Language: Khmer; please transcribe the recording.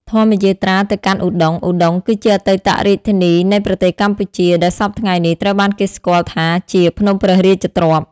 ធម្មយាត្រាទៅកាន់ឧដុង្គ ឧដុង្គគឺជាអតីតរាជធានីនៃប្រទេសកម្ពុជា ដែលសព្វថ្ងៃនេះត្រូវបានគេស្គាល់ថាជា ភ្នំព្រះរាជទ្រព្យ។